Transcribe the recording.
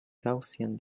gaussian